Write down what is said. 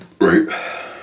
Right